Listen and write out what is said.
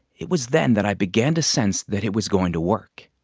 it was then that i began to sense that it was going to work.